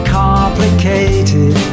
complicated